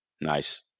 Nice